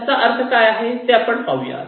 त्याचा अर्थ काय आहे ते आपण पाहूया